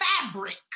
fabric